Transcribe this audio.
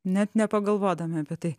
net nepagalvodami apie tai